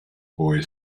boy